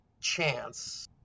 chance